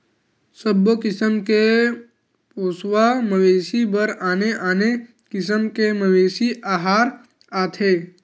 सबो किसम के पोसवा मवेशी बर आने आने किसम के मवेशी अहार आथे